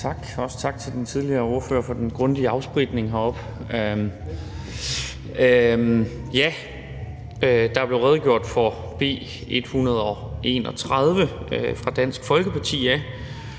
Tak, og også tak til den tidligere ordfører for den grundige afspritning. Der er blevet redegjort for B 131 af Dansk Folkeparti,